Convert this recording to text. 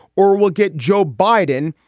or we'll get joe biden,